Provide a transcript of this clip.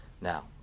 Now